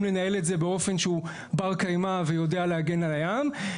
לנהל באופן שהוא בר קיימא ויודע להגן על הים,